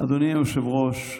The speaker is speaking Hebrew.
אדוני היושב-ראש,